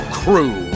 crew